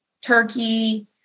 turkey